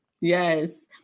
Yes